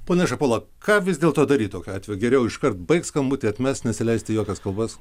pone šapola ką vis dėlto daryt tokiu atveju geriau iškart baigt skambutį atmest nesileist į jokias kalbas